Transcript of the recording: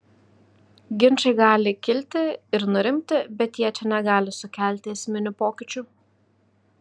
ginčai gali kilti ir nurimti bet jie čia negali sukelti esminių pokyčių